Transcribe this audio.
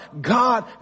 God